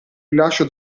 rilascio